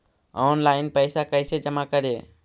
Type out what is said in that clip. Online पैसा कैसे जमा करे?